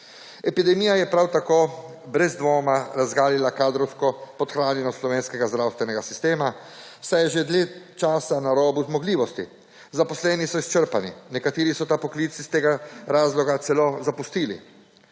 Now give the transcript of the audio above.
Epidemija je prav tako brez dvoma razgalila kadrovsko podhranjenost slovenskega zdravstvenega sistema, saj je že dlje časa na robu zmogljivosti. Zaposleni so izčrpani, nekateri so ta poklic iz tega razloga celo zapustili.